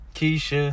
Keisha